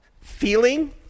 feeling